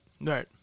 right